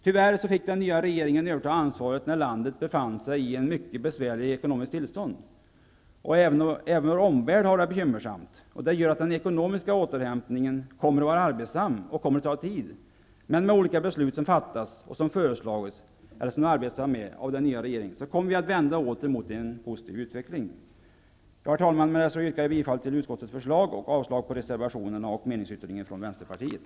Tyvärr fick den nya regeringen överta ansvaret när landet befann sig i ett mycket besvärligt ekonomiskt tillstånd. Även vår omvärld har det bekymmersamt. Detta gör att den ekonomiska återhämtningen kommer att vara arbetsam och kommer att ta tid. Men med de olika beslut som fattats och som föreslagits eller som den nya regeringen nu arbetar med kommer vi att vända åter mot en positiv utveckling. Herr talman! Med detta yrkar jag bifall till utskottets förslag och avslag på reservationerna och meningsyttringen från Vänsterpartiet.